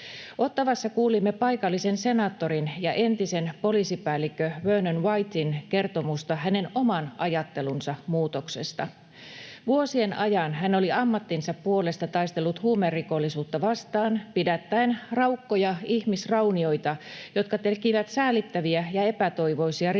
Ottawassa kuulimme paikallisen senaattorin ja entisen poliisipäällikön Vernon Whiten kertomuksen hänen oman ajattelunsa muutoksesta. Vuosien ajan hän oli ammattinsa puolesta taistellut huumerikollisuutta vastaan pidättäen raukkoja ihmisraunioita, jotka tekivät säälittäviä ja epätoivoisia rikoksia